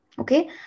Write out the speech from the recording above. Okay